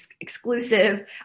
exclusive